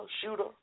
shooter